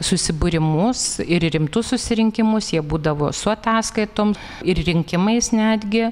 susibūrimus ir rimtus susirinkimus jie būdavo su ataskaitom ir rinkimais netgi